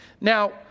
Now